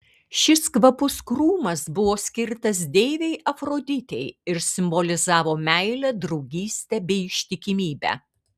šis kvapus krūmas buvo skirtas deivei afroditei ir simbolizavo meilę draugystę bei ištikimybę